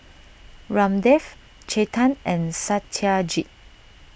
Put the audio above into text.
Ramdev Chetan and Satyajit